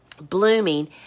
blooming